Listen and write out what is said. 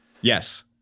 Yes